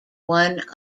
one